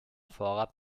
vorrat